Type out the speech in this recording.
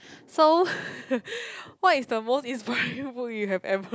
so what is the most inspire book you have ever